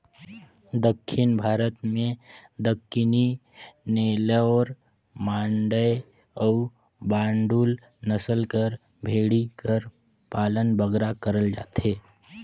दक्खिन भारत में दक्कनी, नेल्लौर, मांडय अउ बांडुल नसल कर भेंड़ी कर पालन बगरा करल जाथे